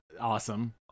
Awesome